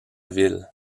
ville